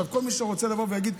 כל מי שרוצה לבוא ולהגיד,